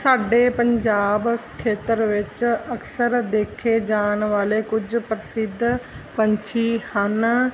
ਸਾਡੇ ਪੰਜਾਬ ਖੇਤਰ ਵਿੱਚ ਅਕਸਰ ਦੇਖੇ ਜਾਣ ਵਾਲੇ ਕੁਝ ਪ੍ਰਸਿੱਧ ਪੰਛੀ ਹਨ